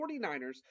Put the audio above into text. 49ers